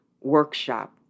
workshop